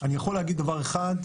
אני יכול להגיד דבר אחד,